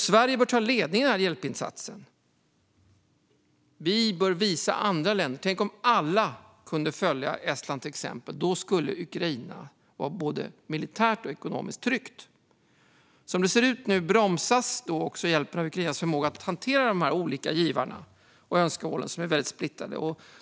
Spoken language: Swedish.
Sverige bör ta ledningen i den här hjälpinsatsen och visa andra länder. Tänk om alla kunde följa Estlands exempel! Då skulle Ukraina vara både militärt och ekonomiskt tryggt. Som det ser ut nu bromsas hjälpen också av Ukrainas förmåga att hantera de olika givarna och önskemålen, som är väldigt splittrade.